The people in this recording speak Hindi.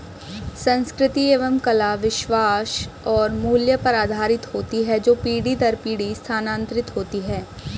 संस्कृति एवं कला विश्वास और मूल्य पर आधारित होती है जो पीढ़ी दर पीढ़ी स्थानांतरित होती हैं